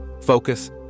focus